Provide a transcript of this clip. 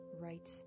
right